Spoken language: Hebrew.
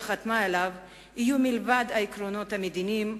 חתמה עליו יהיו מלבד העקרונות המדיניים,